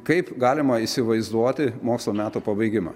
kaip galima įsivaizduoti mokslo metų pabaigimą